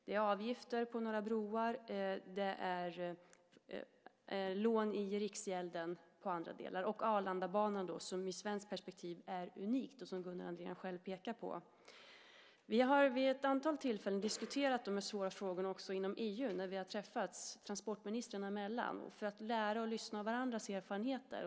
Det handlar om avgifter på några broar, om lån i Riksgälden och i andra delar och om Arlandabanan som i ett svenskt perspektiv är unik, vilket Gunnar Andrén själv pekade på. Vi har vid ett antal tillfällen diskuterat dessa svåra frågor också inom EU när transportministrarna har träffats för att lära av varandra och lyssna på varandras erfarenheter.